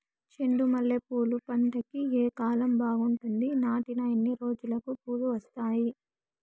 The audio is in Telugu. చెండు మల్లె పూలు పంట కి ఏ కాలం బాగుంటుంది నాటిన ఎన్ని రోజులకు పూలు వస్తాయి